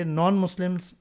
non-Muslims